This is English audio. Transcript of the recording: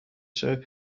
show